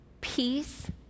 peace